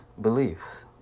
beliefs